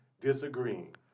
disagreeing